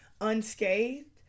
unscathed